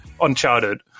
Uncharted